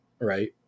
right